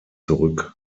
zurück